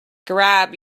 grab